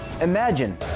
Imagine